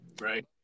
Right